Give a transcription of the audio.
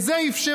את זה אפשרו.